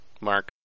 Mark